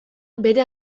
bere